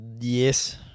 Yes